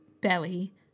belly